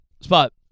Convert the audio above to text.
spot